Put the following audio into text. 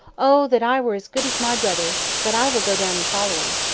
oh! that i were as good as my brother but i will go down and follow him.